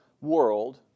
world